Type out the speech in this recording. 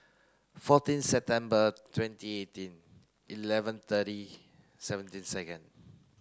fourteen September twenty eighteen eleven thirty seventeen second